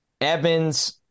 Evans